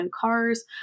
cars